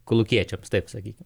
kolūkiečiams taip sakykim